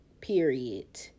Period